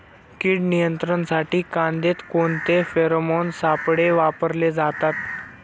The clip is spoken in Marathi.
कीड नियंत्रणासाठी कांद्यात कोणते फेरोमोन सापळे वापरले जातात?